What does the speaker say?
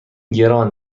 گران